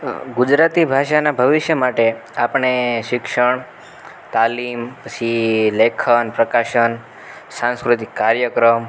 હા ગુજરાતી ભાષાનાં ભવિષ્ય માટે આપણે શિક્ષણ તાલીમ પછી લેખન પ્રકાશન સાંસ્કૃતિક કાર્યક્રમ